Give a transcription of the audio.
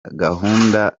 gahunda